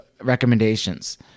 recommendations